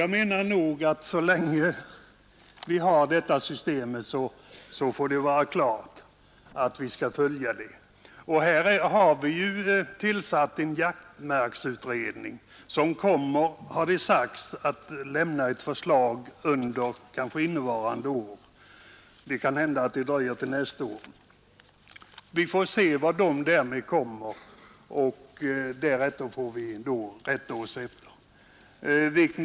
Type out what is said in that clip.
Jag menar att vi får lov att följa den nuvarande ordningen så länge den gäller. Det har tillsatts en jaktmarksutredning, och det har förutskickats att den kanske kommer att lämna ett förslag innevarande år. Det kan också hända att det dröjer till nästa år. Vi får se vilket resultat den kommer fram till, och intill dess får vi arbeta efter det system vi har.